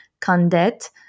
Condet